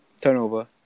Turnover